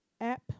app